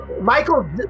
Michael